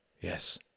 Yes